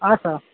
ಹಾಂ ಸರ್